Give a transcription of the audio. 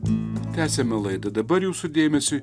tęsiame laida dabar jūsų dėmesiui